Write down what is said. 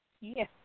Yes